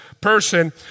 person